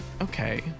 okay